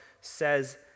says